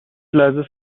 لحظه